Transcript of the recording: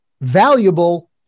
valuable